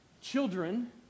Children